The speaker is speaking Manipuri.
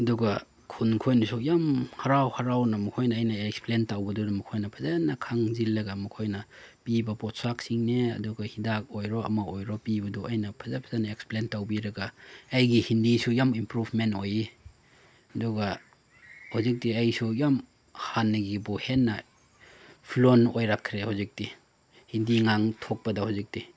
ꯑꯗꯨꯒ ꯈꯨꯟ ꯈꯣꯏꯅꯁꯨ ꯌꯥꯝ ꯍꯔꯥꯎ ꯍꯔꯥꯎꯅ ꯃꯈꯣꯏꯅ ꯑꯩꯅ ꯑꯦꯛꯁꯄ꯭ꯂꯦꯟ ꯇꯧꯕꯗꯨꯗ ꯃꯈꯣꯏꯅ ꯐꯖꯅ ꯈꯪꯖꯤꯜꯂꯒ ꯃꯈꯣꯏꯅ ꯄꯤꯕ ꯄꯣꯠꯁꯛꯁꯤꯅꯦ ꯑꯗꯨꯒ ꯍꯤꯗꯥꯛ ꯑꯣꯏꯔꯣ ꯑꯃ ꯑꯣꯏꯔꯣ ꯄꯤꯕꯗꯣ ꯑꯩꯅ ꯐꯖ ꯐꯖꯅ ꯑꯩꯅ ꯑꯦꯛꯁꯄ꯭ꯂꯦꯟ ꯇꯧꯕꯤꯔꯒ ꯑꯩꯒꯤ ꯍꯤꯟꯗꯤꯁꯨ ꯌꯥꯝ ꯏꯝꯄ꯭ꯔꯨꯐꯃꯦꯟ ꯑꯣꯏꯌꯦ ꯑꯗꯨꯒ ꯍꯧꯖꯤꯛꯇꯤ ꯑꯩꯁꯨ ꯌꯥꯝ ꯍꯥꯟꯅꯒꯤꯕꯨ ꯍꯦꯟꯅ ꯐ꯭ꯂꯨꯋꯦꯟ ꯑꯣꯏꯔꯛꯈ꯭ꯔꯦ ꯍꯧꯖꯤꯛꯇꯤ ꯍꯤꯟꯗꯤ ꯉꯥꯡꯊꯣꯛꯄꯗ ꯍꯧꯖꯤꯛꯇꯤ